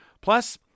Plus